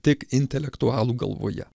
tik intelektualų galvoje